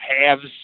halves